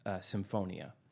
symphonia